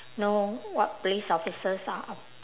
know what police officers are uh